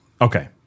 Okay